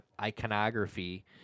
iconography